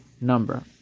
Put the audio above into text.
number